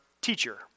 teacher